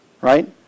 right